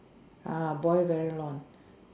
ah boil very long